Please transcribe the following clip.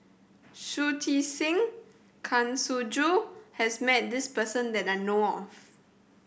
Shui Tit Sing and Kang Siong Joo has met this person that I know of